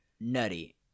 nutty